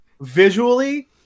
visually